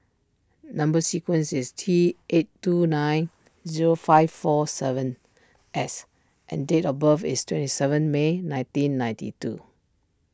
Number Sequence is T eight two nine zero five four seven S and date of birth is twenty seven May nineteen ninety two